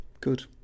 good